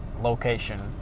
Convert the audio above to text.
location